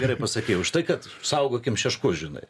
gerai pasakei už tai kad saugokim šeškus žinai